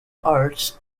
arts